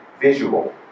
visual